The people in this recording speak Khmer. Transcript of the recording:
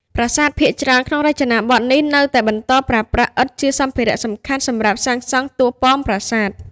ប្រាសាទភាគច្រើនក្នុងរចនាបថនេះនៅតែបន្តប្រើប្រាស់ ឥដ្ឋ ជាសម្ភារៈសំខាន់សម្រាប់សាងសង់តួប៉មប្រាសាទ។